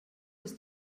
ist